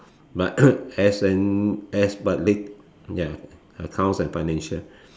but as as ya accounts and financial